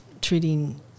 treating